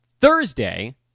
Thursday